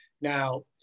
Now